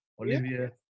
Olivia